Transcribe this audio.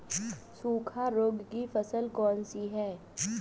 सूखा रोग की फसल कौन सी है?